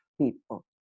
people